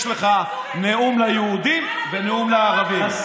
יש לך נאום ליהודים ונאום לערבים.